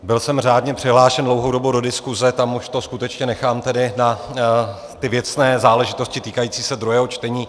Byl jsem řádně přihlášen dlouhou dobu do diskuse, tam už to skutečně nechám tedy na ty věcné záležitosti týkající se druhého čtení.